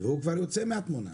והוא כבר יוצא מהתמונה.